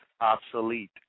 obsolete